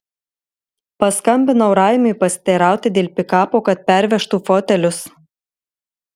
paskambinau raimiui pasiteirauti dėl pikapo kad pervežtų fotelius